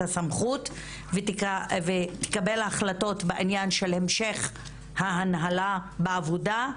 הסמכות ותקבל החלטות בעניין של המשך הההנהלה בעבודה.